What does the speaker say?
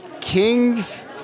kings